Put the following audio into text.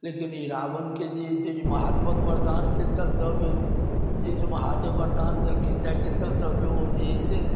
लेकिन ई रावणके जे है से जे महादेवक वरदानके चलतबे जे है से महादेव वरदान देलखिन जाहि के चलतबे ओ जे है से